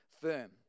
firm